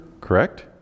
correct